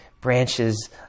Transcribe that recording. branches